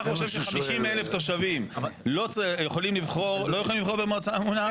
אתה חושב ש-50,000 תושבים לא יכולים לבחור ביו"ר מועצה ממונה.